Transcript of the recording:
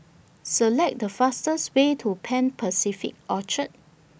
Select The fastest Way to Pan Pacific Orchard